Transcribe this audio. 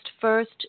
first